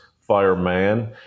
fireman